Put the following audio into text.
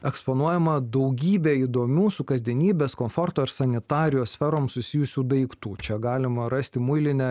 eksponuojama daugybė įdomių su kasdienybės komforto ir sanitarijos sferom susijusių daiktų čia galima rasti muilinę